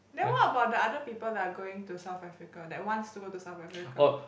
then what about the other people that are going to South-Africa that wants to go to South-Africa